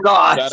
God